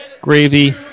gravy